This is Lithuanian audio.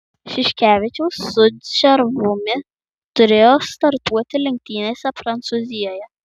šiškevičius su džervumi turėjo startuoti lenktynėse prancūzijoje